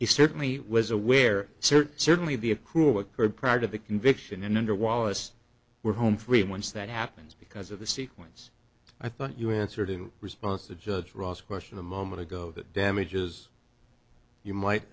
he certainly was aware certainly be a cruel occurred prior to the conviction and under wallace we're home free once that happens because of the sequence i thought you answered in response to judge ross question a moment ago that damages you might